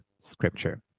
scripture